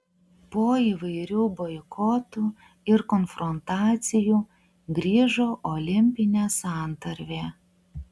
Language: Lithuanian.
po įvairių boikotų ir konfrontacijų grįžo olimpinė santarvė